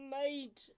made